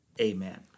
Amen